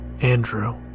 Andrew